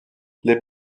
les